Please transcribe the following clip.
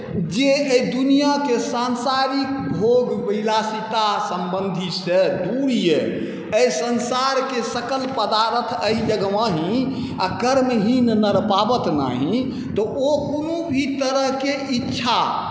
जे एहि दुनिआके सान्सारिक भोग विलासिता सम्बन्धीसँ दूर अइ एहि संसारके सकल पदारथ एहि जगमाही आओर कर्महीन नर पाबत नाही तऽ ओ कोनो भी तरहके इच्छा